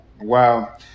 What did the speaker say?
Wow